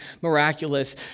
miraculous